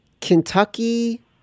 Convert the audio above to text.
Kentucky